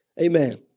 Amen